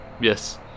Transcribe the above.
Yes